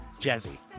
Jazzy